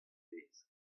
pezh